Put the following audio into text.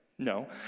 No